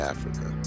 Africa